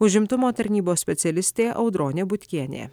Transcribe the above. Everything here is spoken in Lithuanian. užimtumo tarnybos specialistė audronė butkienė